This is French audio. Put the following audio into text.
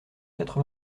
quatre